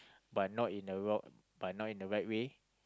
but not in a wrong not but not in a right way